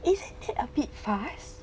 isn't that a bit fast